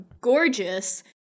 gorgeous